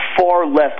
far-left